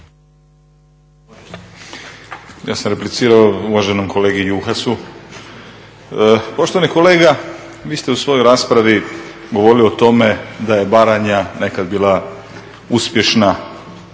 Ja sam replicirao uvaženom kolegi Juhasu. Poštovani kolega vi ste u svojoj raspravi govorili o tome da je Baranja nekad bila uspješna